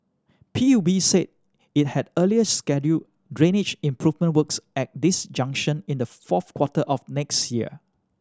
P U B said it had earlier scheduled drainage improvement works at this junction in the fourth quarter of next year